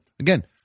Again